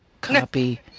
Copy